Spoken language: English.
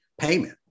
payment